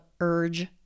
urge